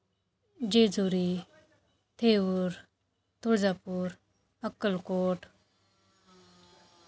Jejuri Theur Tuljapur Akkalkot